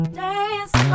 dance